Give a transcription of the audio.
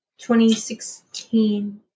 2016